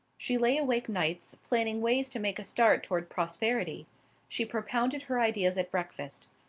she lay awake nights, planning ways to make a start toward prosperity she propounded her ideas at breakfast.